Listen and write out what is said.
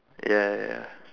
ya ya ya